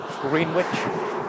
Greenwich